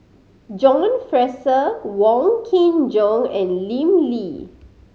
John Fraser Wong Kin Jong and Lim Lee